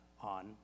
on